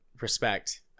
respect